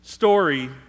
story